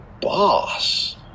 boss